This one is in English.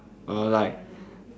oh like